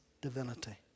divinity